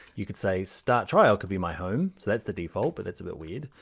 you could say, start trial could be my home. so that's the default, but it's a bit weird.